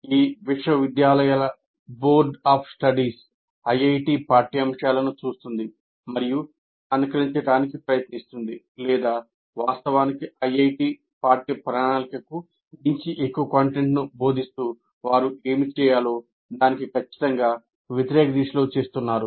ఈ విశ్వవిద్యాలయాల board of studies IIT పాఠ్యాంశాలను చూస్తుంది మరియు అనుకరించడానికి ప్రయత్నిస్తుంది లేదా వాస్తవానికి ఐఐటి పాఠ్యప్రణాళికకు మించి ఎక్కువ కంటెంట్ను బోధిస్తూ వారు ఏమి చేయాలో దానికి ఖచ్చితంగా వ్యతిరేక దిశలో చేస్తున్నారు